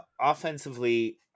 offensively